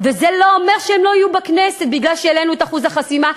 וזה לא אומר שהם לא יהיו בכנסת כי העלינו את אחוז החסימה.